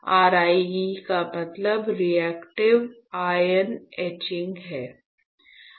RIE का मतलब reactive ion etching है